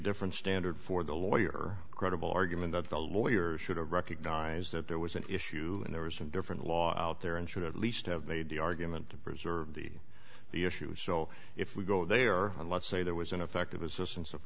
different standard for the lawyer credible argument that the lawyer should have recognized that there was an issue and there was some different law out there and should at least have made the argument to preserve the the issues so if we go they are let's say there was an effective assistance of